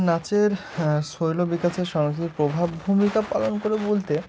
নাচের শৈল বিকাশের সংস্কৃতির প্রভাব ভূমিকা পালন করে বলতে